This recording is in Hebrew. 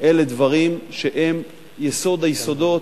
אלה דברים שהם יסוד היסודות.